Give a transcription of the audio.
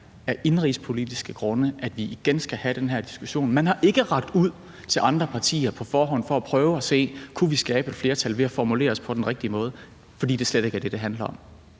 af indenrigspolitiske grunde, at vi igen skal have den her diskussion. Man har ikke rakt ud til andre partier på forhånd for at prøve at se, om vi kunne skabe et flertal ved at formulere os på den rigtige måde – for det er slet ikke det, det handler om.